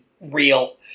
real